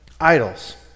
idols